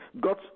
got